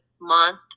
month